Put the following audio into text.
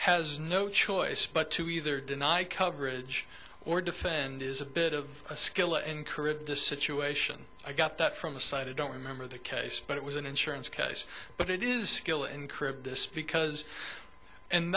has no choice but to either deny coverage or defend is a bit of a skill encourage this situation i got that from the side of don't remember the case but it was an insurance case but it is skill encrypt this because and